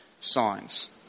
signs